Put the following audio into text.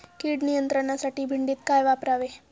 कीड नियंत्रणासाठी भेंडीत काय वापरावे?